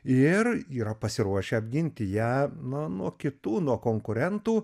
ir yra pasiruošę apginti ją na nuo kitų nuo konkurentų